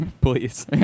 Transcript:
Please